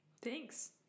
Thanks